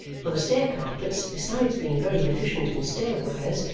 for the stair-carpets, besides being very deficient in stair-wires,